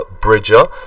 bridger